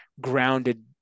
grounded